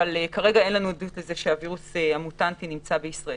אבל כרגע אין לנו עדות לכך שהווירוס המוטנטי נמצא בישראל.